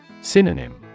Synonym